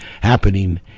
happening